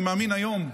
אני מאמין היום,